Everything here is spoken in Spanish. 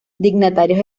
dignatarios